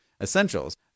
essentials